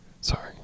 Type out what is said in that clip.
sorry